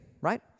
right